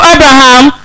Abraham